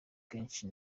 kenshi